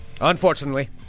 Unfortunately